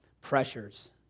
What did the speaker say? pressures